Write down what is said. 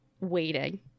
waiting